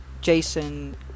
Jason